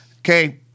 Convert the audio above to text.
Okay